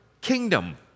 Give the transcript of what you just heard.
kingdom